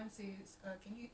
ah